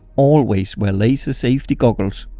always wear laser safety goggles.